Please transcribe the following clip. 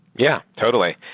yeah, totally.